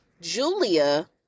Julia